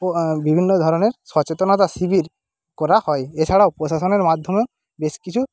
ও বিভিন্ন ধরনের সচেতনতা শিবির করা হয় এছাড়াও প্রশাসনের মাধ্যমেও বেশ কিছু